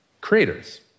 creators